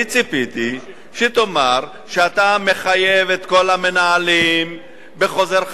אני ציפיתי שתאמר שאתה מחייב את כל המנהלים בחוזר חדש.